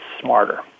smarter